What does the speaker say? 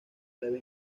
leve